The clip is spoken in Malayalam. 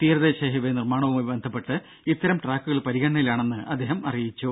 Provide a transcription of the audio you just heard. തീരദേശ ഹൈവേ നിർമാണവുമായി ബന്ധപ്പെട്ട് ഇത്തരം ട്രാക്കുകൾ പരിഗണനയിലാണെന്ന് അദ്ദേഹം അറിയിച്ചു